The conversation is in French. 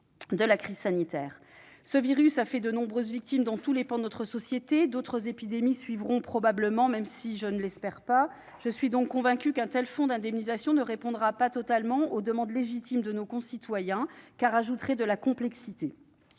cette crise sanitaire. Ce virus a fait de nombreuses victimes dans tous les pans de notre société. D'autres épidémies suivront probablement, hélas. Je suis donc convaincue que la création d'un tel fonds d'indemnisation ne répondrait pas totalement aux demandes légitimes de nos concitoyens ; en outre, elle ajouterait de la complexité.